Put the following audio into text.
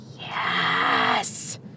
yes